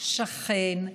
שכן,